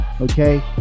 okay